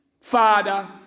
Father